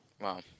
Wow